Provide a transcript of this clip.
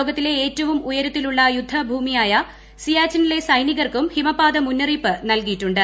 ലോകത്തിലെ ഏറ്റവും ഉയരത്തിലുള്ള യുദ്ധ ഭൂമിയായ സിയാച്ചിനിലെ സൈനികർക്കും ഹിമപാത മുന്നറിയിപ്പ് നൽകിയിട്ടുണ്ട്